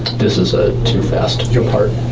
this is ah too fast. your part.